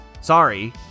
Sorry